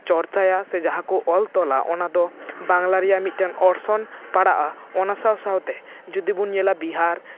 ᱪᱚᱨᱪᱟᱭᱟ ᱥᱮ ᱡᱟᱦᱟᱸ ᱠᱚ ᱚᱞ ᱛᱚᱞᱟ ᱚᱱᱟ ᱫᱚ ᱵᱟᱝᱞᱟ ᱨᱮᱭᱟᱜ ᱢᱤᱫᱴᱮᱱ ᱚᱨᱥᱚᱝ ᱯᱟᱲᱟᱜᱼᱟ ᱚᱱᱟ ᱥᱟᱶ ᱥᱟᱶᱛᱮ ᱡᱩᱫᱤ ᱵᱚᱱ ᱧᱮᱞᱟ ᱵᱤᱦᱟᱨ